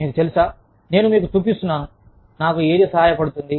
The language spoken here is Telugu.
మీకు తెలుసా నేను మీకు చూపిస్తున్నాను నాకు ఏది సహాయపడుతుంది